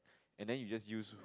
and then you just use